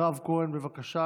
תודה רבה, חבר הכנסת אבו שחאדה.